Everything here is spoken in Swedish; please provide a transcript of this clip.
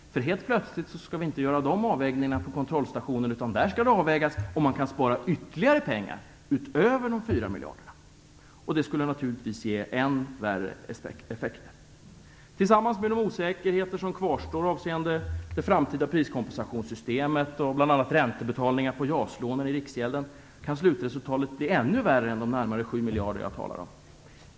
Helt plötsligt skall vi inte göra de avvägningarna på kontrollstationen, utan där skall det avvägas om man kan spara ytterligare pengar utöver de 4 miljarder kronorna. Det skulle naturligtvis ge än värre effekter. Tillsammans med de osäkerheter som kvarstår avseende det framtida priskompensationssystemet och bl.a. räntebetalningar på JAS-lånen i Riksgälden kan slutresultatet bli ännu värre än de närmare 7 miljarder jag talar om.